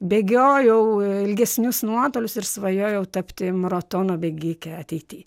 bėgiojau ilgesnius nuotolius ir svajojau tapti maratono bėgike ateity